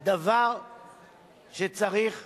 דבר שצריך ביאור.